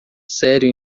sério